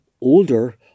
older